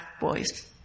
boys